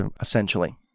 essentially